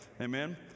Amen